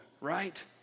right